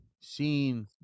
seen